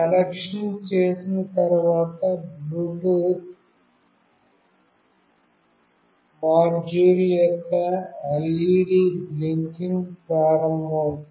connection చేసిన తర్వాత Bluetooth module యొక్క LED బ్లింకింగ్ ప్రారంభమవుతుంది